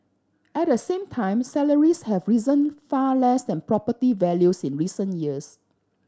at the same time salaries have risen far less than property values in recent years